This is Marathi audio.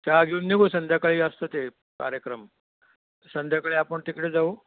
चहा घेऊन निघू संध्याकाळी असतं ते कार्यक्रम संध्याकाळी आपण तिकडे जाऊ